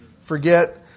Forget